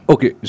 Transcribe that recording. Okay